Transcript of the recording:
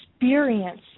experience